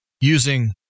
using